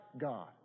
God